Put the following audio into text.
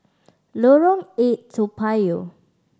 Lorong Eight Toa Payoh